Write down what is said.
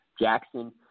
Jackson